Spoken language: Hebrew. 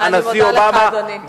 הנשיא אובמה,